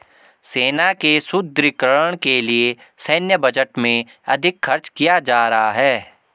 सेना के सुदृढ़ीकरण के लिए सैन्य बजट में अधिक खर्च किया जा रहा है